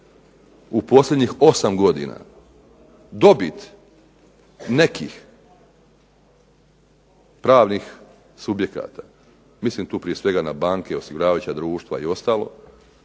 u posljednjih 8 godina dobit nekih pravnih subjekata, mislim tu prije svega na banke, osiguravajuća društva i ostalo,